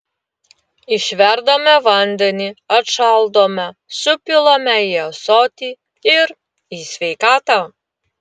išverdame vandenį atšaldome supilame į ąsotį ir į sveikatą